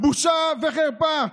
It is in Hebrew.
בושה וחרפה.